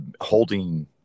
holding